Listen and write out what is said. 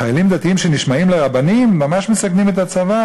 חיילים דתיים שנשמעים לרבנים ממש מסכנים את הצבא,